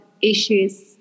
issues